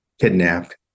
kidnapped